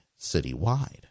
citywide